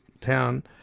town